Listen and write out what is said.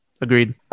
Agreed